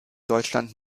deutschland